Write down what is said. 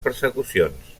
persecucions